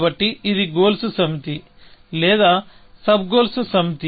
కాబట్టి ఇది గోల్స్ సమితి లేదా సబ్ గోల్స్ సమితి